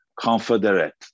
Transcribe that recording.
confederate